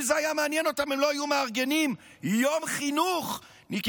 אם זה היה מעניין אותם הם לא היו מארגנים יום חינוך לגברים בלבד,